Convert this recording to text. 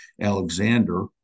Alexander